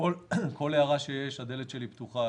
לכל הערה שיש הדלת שלי פתוחה,